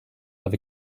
have